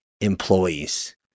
employees